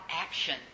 action